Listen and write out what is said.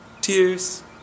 tears